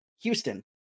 Houston